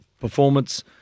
performance